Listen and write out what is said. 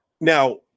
now